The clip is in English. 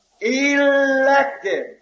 Elected